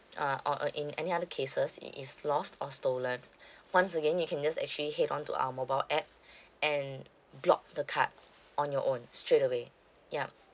uh or uh in any other cases it is lost or stolen once again you can just actually head on to our mobile app and block the card on your own straight away yup